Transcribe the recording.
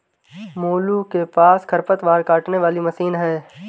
मोलू के पास खरपतवार काटने वाली मशीन है